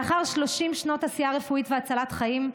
לאחר 30 שנות עשייה רפואית והצלת חיים,